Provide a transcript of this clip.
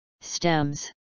Stems